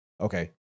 okay